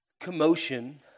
commotion